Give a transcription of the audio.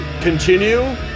continue